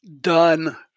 done